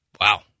Wow